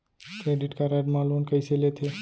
Credit card मा loan कइसे लेथे?